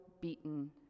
beaten